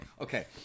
Okay